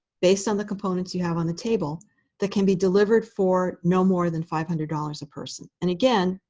based on the components you have on the table that can be delivered for no more than five hundred dollars a person. and again,